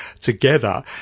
together